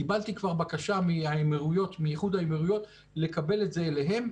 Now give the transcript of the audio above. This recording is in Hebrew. קיבלתי כבר בקשה מאיחוד האמירויות לקבל את זה אליהם.